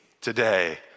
today